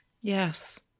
Yes